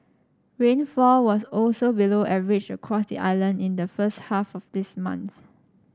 rainfall was also below average across the island in the first half of this month